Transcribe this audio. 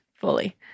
Fully